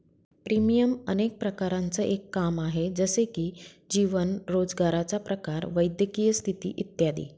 premium अनेक प्रकारांचं एक काम आहे, जसे की जीवन, रोजगाराचा प्रकार, वैद्यकीय स्थिती इत्यादी